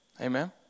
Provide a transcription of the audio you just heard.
amen